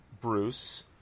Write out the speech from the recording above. Bruce